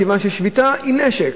כיוון ששביתה היא נשק.